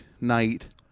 night